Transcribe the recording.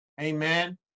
amen